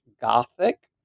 Gothic